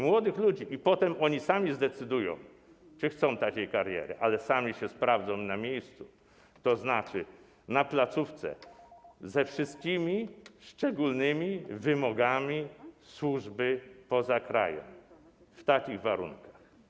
Młodzi ludzie potem sami zdecydują, czy chcą takiej kariery, ale sami się sprawdzą na miejscu, tzn. na placówce, ze wszystkimi szczególnymi wymogami służby poza krajem, w takich warunkach.